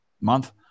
month